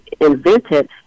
invented